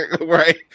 right